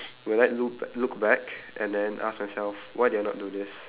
will I loo~ b~ look back and then ask myself why did I not do this